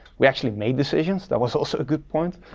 we actually made decisions, that was also a good point